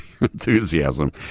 Enthusiasm